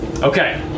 Okay